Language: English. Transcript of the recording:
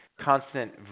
constant